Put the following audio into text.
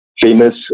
famous